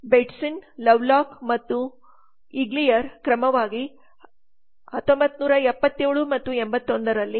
Langard Bateson Lovelock ಮತ್ತು Eaglier ಕ್ರಮವಾಗಿ 1977 ಮತ್ತು 81 ರಲ್ಲಿ